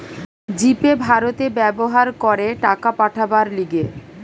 জি Pay ভারতে ব্যবহার করে টাকা পাঠাবার লিগে